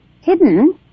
hidden